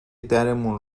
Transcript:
درمون